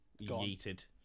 yeeted